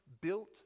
built